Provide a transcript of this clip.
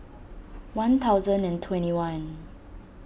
one thousand and twenty one